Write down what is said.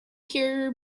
carrier